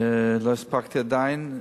לא הספקתי עדיין.